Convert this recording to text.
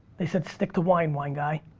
they said stick to wine, wine guy.